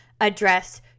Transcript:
address